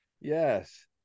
yes